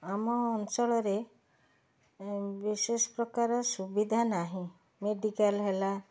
ଆମ ଅଞ୍ଚଳରେ ବିଶେଷ ପ୍ରକାର ସୁବିଧା ନାହିଁ ମେଡ଼ିକାଲ୍ ହେଲା